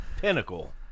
Pinnacle